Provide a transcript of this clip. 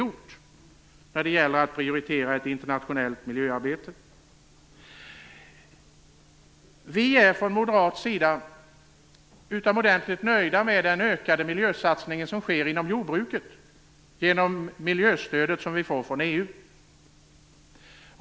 Att prioritera ett internationellt miljöarbete är också något som vi har gjort. Vi är från moderat sida utomordentligt nöjda med den ökade miljösatsning som sker inom jordbruket genom det miljöstöd vi får från EU.